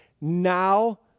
now